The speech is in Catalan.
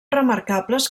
remarcables